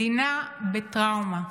מדינה בטראומה.